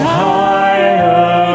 higher